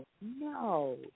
no